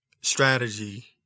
strategy